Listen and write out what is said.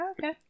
Okay